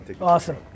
Awesome